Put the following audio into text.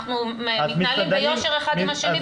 אנחנו מתנהלים ביושר אחד עם השני,